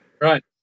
Right